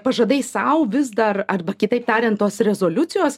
pažadai sau vis dar arba kitaip tariant tos rezoliucijos